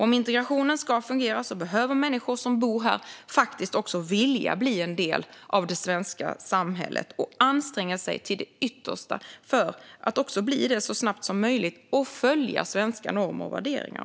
Om integrationen ska fungera behöver människor som bor här faktiskt också vilja bli en del av det svenska samhället och anstränga sig till det yttersta för att bli det så snabbt som möjligt och följa svenska normer och värderingar.